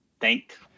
thank